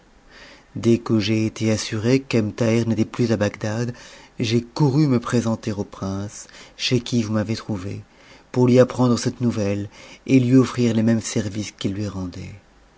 dès que j'ai été assuré qu'ebn thaher n'était plus à bagdad j'ai couru me présenter au prince chez qui vous m'avez trouvé pour lui apprendre cette nouvelle et lui offrir les mêmes services qu'il lui rendait